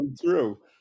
true